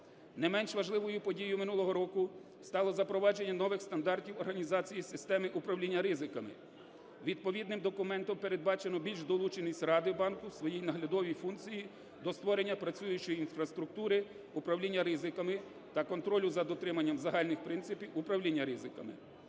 Не менш важливою подією минулого року стало запровадження нових стандартів організації системи управління ризиками. Відповідним документом передбачено більш долученість ради банку у своїй наглядовій функції до створення працюючої інфраструктури управління ризиками та контролю за дотриманням загальних принципів управління ризиками.